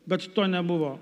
bet to nebuvo